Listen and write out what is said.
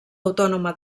autònoma